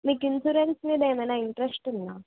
మీకు ఇన్సూరెన్స్ మీద ఏమైనా ఇంట్రెస్ట్ ఉందా